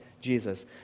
Jesus